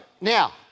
now